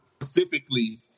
specifically